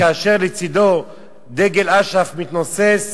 כאשר לצדו דגל אש"ף מתנוסס,